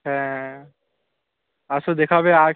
হ্যাঁ আসো দেখা হবে আজ